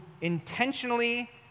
intentionally